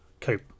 cope